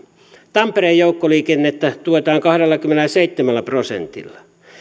tampereen joukkoliikennettä tuetaan kahdellakymmenelläseitsemällä prosentilla